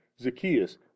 Zacchaeus